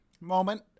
moment